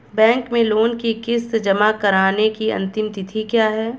Bank में loan की किश्त जमा कराने की अंतिम तिथि क्या है?